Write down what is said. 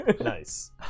Nice